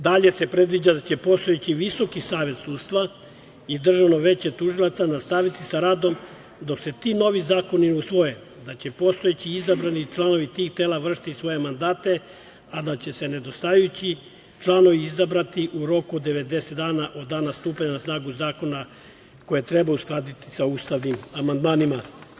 Dalje se predviđa da će postojeći Visoki savet sudstva i Državno veće tužilaca nastaviti sa radom dok se ti novi zakoni usvoje, da će postojeći izabrani članovi tih tela vršiti svoje mandate, a da će se nedostajući članovi izabrati u roku od 90 dana od dana stupanja na snagu zakona koje treba uskladiti sa ustavnim amandmanima.